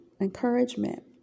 encouragement